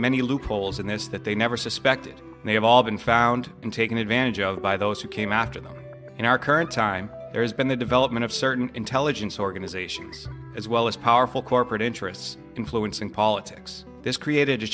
many loopholes in this that they never suspected they have all been found and taken advantage of by those who came after them in our current time there has been the development of certain intelligence organizations as well as powerful corporate interests influence in politics this created a